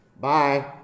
Bye